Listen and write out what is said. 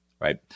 right